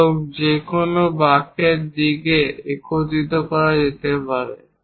এবং যে কোনও বাঁকের দিকও একত্রিত করা যেতে পারে